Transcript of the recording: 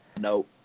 No